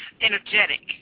energetic